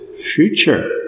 future